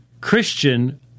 Christian